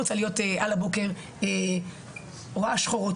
אני לא רוצה להיות על הבוקר רואה שחורות.